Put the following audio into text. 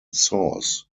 source